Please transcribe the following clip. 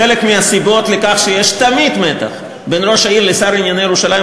חלק מהסיבות לכך שיש תמיד מתח בין ראש העיר לשר לענייני ירושלים,